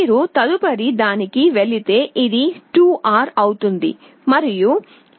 మీరు తదుపరి దానికి వెళితే ఇది 2R అవుతుంది మరియు ఇది 6R అవుతుంది